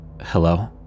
Hello